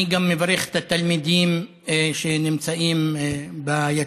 אני גם מברך את התלמידים שנמצאים ביציע.